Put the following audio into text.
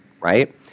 right